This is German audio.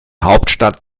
hauptstadt